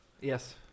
Yes